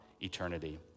eternity